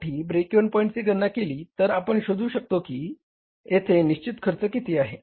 साठी break even पॉईंटची गणना केली तर आपण शोधू शकतो की येथे निश्चित खर्च किती आहे